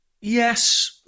Yes